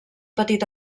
petit